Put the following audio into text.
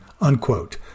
unquote